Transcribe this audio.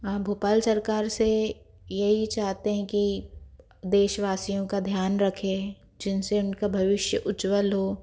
आ भोपाल सरकार से येही चाहते है की देश वासीयों का ध्यान रहे जिनसे उनका भविष्य उज्जवल हो